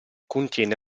contiene